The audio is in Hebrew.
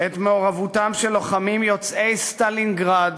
את מעורבותם של לוחמים יוצאי סטלינגרד